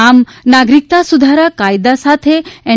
આમ નાગરિકત્વ સુધારા કાયદા સાથે એન